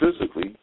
physically